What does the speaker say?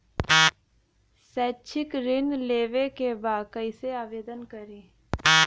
शैक्षिक ऋण लेवे के बा कईसे आवेदन करी?